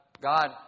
God